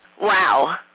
Wow